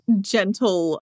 gentle